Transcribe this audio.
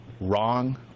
wrong